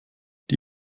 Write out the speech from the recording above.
die